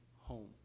home